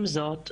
עם זאת,